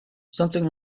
something